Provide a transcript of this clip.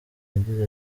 yagize